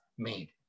made